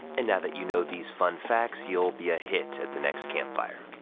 and now that you know these fun facts, you'll be a hit at the next campfire.